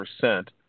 percent